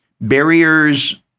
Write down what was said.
Barriers